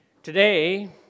Today